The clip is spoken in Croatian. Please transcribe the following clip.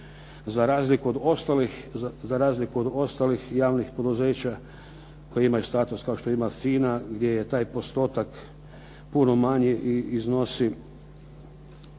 Za razliku od ostalih javnih poduzeća koje imaju status kao što ima "FINA" gdje je taj postotak puno manji i iznosi,